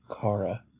Kara